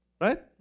right